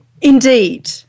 Indeed